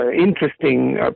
interesting